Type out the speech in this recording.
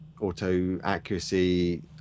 auto-accuracy